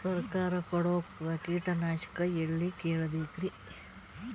ಸರಕಾರ ಕೊಡೋ ಕೀಟನಾಶಕ ಎಳ್ಳಿ ಕೇಳ ಬೇಕರಿ?